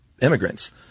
immigrants